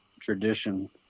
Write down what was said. tradition